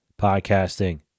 Podcasting